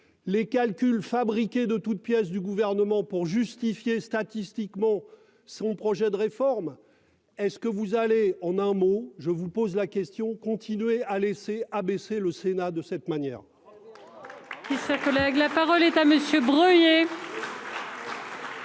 Les calculs fabriqué de toutes pièces du gouvernement pour justifier statistiquement son projet de réforme. Est-ce que vous allez on a un mot, je vous pose la question. Continuer à laisser abaisser le Sénat de cette manière.